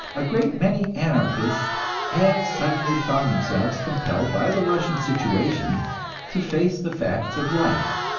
a great many anarchists have suddenly found themselves compelled by the russian situation to face the facts of life.